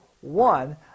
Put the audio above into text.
one